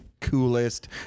Coolest